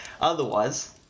otherwise